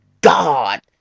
God